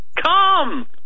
Come